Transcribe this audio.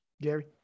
gary